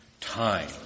time